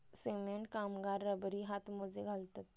cement कामगार रबरी हातमोजे घालतत